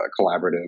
collaborative